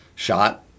shot